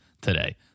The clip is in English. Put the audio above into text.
today